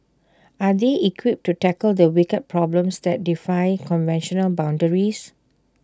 are they equipped to tackle the wicked problems that defy conventional boundaries